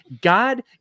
God